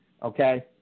Okay